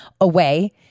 away